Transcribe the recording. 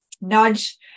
nudge